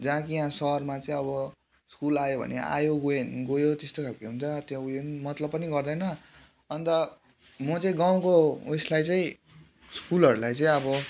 जहाँ कि यहाँ सहरमा चाहिँ अब स्कुल आयो भने आयो गयो भने गयो त्यस्तो खालको हुन्छ त्यो उयो पनि मतलब पनि गर्दैन अन्त म चाहिँ गाउँको उयोसलाई चाहिँ स्कुलहरूलाई चाहिँ अब